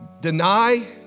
deny